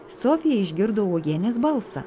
sofija išgirdo uogienės balsą